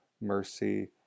mercy